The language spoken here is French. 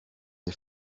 est